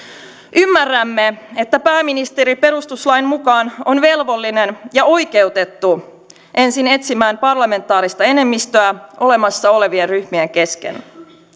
ymmärrämme että pääministeri perustuslain mukaan on velvollinen ja oikeutettu ensin etsimään parlamentaarista enemmistöä olemassa olevien ryhmien kesken